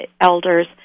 elders